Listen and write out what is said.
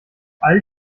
all